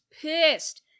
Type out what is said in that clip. pissed